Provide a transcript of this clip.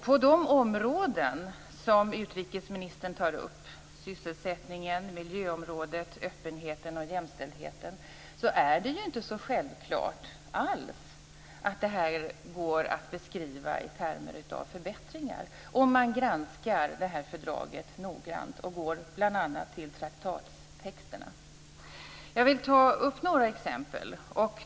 På de områden som utrikesministern tar upp - sysselsättningen, miljöområdet, öppenheten och jämställdheten - är det inte alls så självklart att detta går att beskriva i termer av förbättringar, om man granskar fördraget noggrant och går till bl.a. traktatstexterna. Jag vill ta upp några exempel.